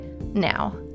now